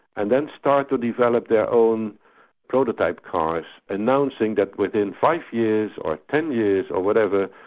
and then start to develop their own prototype cars announcing that within five years or ten years, or whatever,